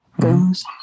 goes